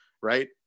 Right